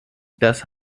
das